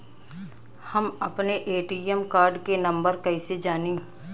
हम अपने ATM card के नंबर कइसे जानी?